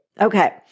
Okay